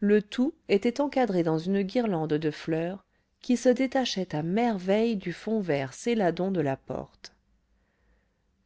le tout était encadré dans une guirlande de fleurs qui se détachait à merveille du fond vert céladon de la porte